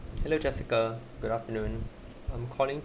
hello jessica good afternoon I'm calling